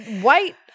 white